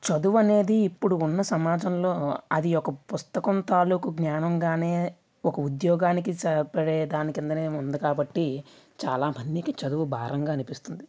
చదువు అనేది ఇప్పుడు ఉన్న సమాజంలో అది ఒక పుస్తకం తాలూకు జ్ఞానంగానే ఒక ఉద్యోగానికి సరిపడేదాని కిందనే ఉంది కాబట్టి చాలామందికి చదువు భారంగా అనిపిస్తుంది